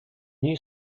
new